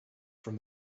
from